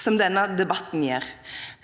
som denne debatten gir.